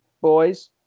boys